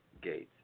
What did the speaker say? Gates